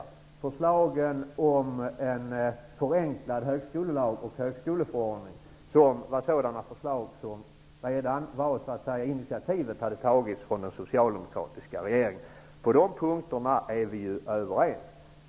Det var vidare förslagen om en förenklad högskolelag och högskoleförordning. Initiativen till förslagen kom från den socialdemokratiska regeringen. På de punkterna är vi överens.